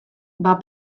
bat